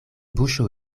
buŝo